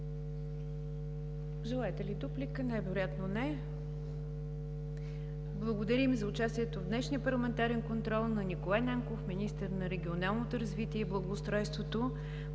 Желаете ли дуплика? Най-вероятно не. Благодарим за участието в днешния парламентарен контрол на Николай Нанков – министър на регионалното развитие и благоустройството.